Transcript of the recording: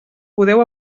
podeu